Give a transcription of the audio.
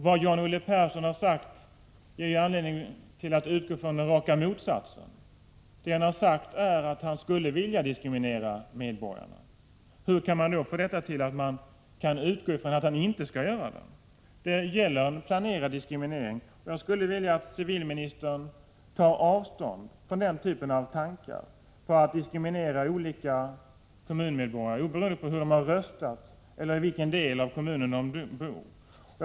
Vad John-Olle Persson sagt ger anledning att utgå från den raka motsatsen. Det han har sagt är att han skulle vilja diskriminera medborgarna. Hur kan man då få detta till att man kan utgå från att han inte skall göra det? Det gäller här en planerad diskriminering. Jag skulle vilja att civilministern tar avstånd från den typen av tankar på att diskriminera olika kommunmedborgare beroende på hur de röstat eller i vilken del av kommunen de bor.